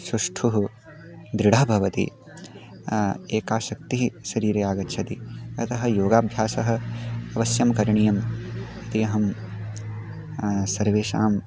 सुष्ठु दृढा भवति एका शक्तिः शरीरे आगच्छति अतः योगाभ्यासः अवश्यं करणीयः इति अहं सर्वेषां